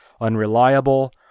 unreliable